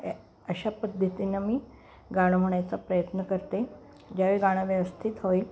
या अशा पद्धतीनं मी गाणं म्हणायचा प्रयत्न करते ज्यावेळी गाणं व्यवस्थित होईल